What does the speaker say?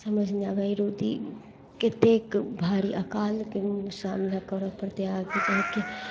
समझमे नहि आबैया कतेक भारी अकालके सामना करऽ पड़तै आगे जाके